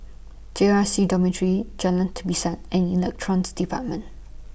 J R C Dormitory Jalan Tapisan and Elect department